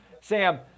Sam